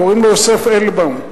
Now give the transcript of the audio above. קוראים לו יוסף אלבוים.